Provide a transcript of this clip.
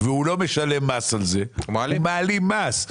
ולא משלם מס על זה הוא מעלים מס.